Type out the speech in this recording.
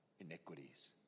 Iniquities